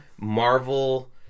Marvel